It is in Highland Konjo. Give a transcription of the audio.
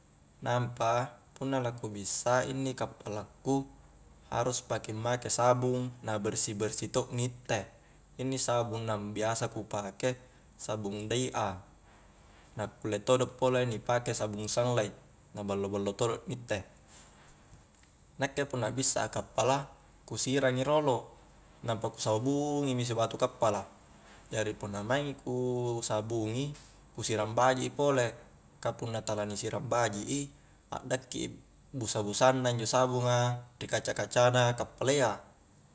Nampa punna la ku bissa inni kappala ku harus pa ki make sabung na bersih-bersih to' ni itte inni sabung nambiasa ku pake sabung daia na kulle todo' pole ni pake sabung sanglait na ballo-ballo todo ni itte nakke punna akbissa a kappala ku sirangi rolo nampa ku sabungi mi si batu kappala jari punna maingi ku sabungi ku sirang baji i pole ka punna tala ni sirang bajik i a'dakki i busa-busanna injo sabunga ri kaca-kaca na kappalayya